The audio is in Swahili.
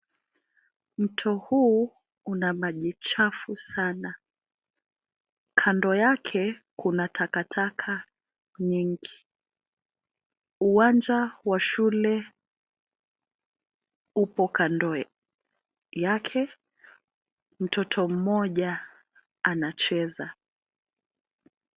Mto huu una maji chafu sana. Kando yake kuna takataka nyingi. Uwanja wa shule uko kando yake, mtoto mmoja anacheza.